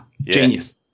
genius